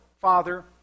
Father